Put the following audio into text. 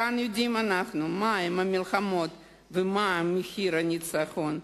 כאן יודעים אנחנו מהן המלחמות ומהו מחיר הניצחון.